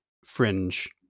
Fringe